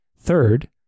Third